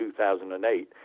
2008